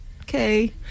okay